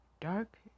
dark